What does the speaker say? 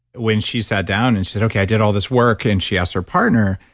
when she sat down and she said, okay i did all this work, and she asked her partner,